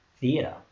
theatre